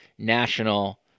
national